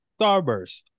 Starburst